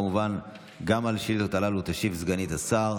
כמובן גם על השאילתות הללו תשיב סגנית השר.